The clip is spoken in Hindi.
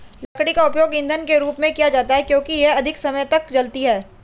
लकड़ी का उपयोग ईंधन के रूप में किया जाता है क्योंकि यह अधिक समय तक जलती है